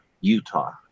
Utah